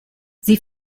sie